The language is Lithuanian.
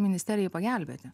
ministerijai pagelbėti